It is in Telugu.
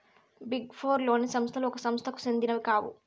బిగ్ ఫోర్ లోని సంస్థలు ఒక సంస్థకు సెందినవి కావు